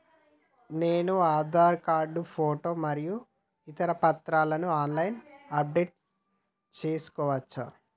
నేను Aadhaar card photo మరియు ఇతర పత్రాలను ఆన్ లైన్ అప్ డెట్ చేసుకోవచ్చా?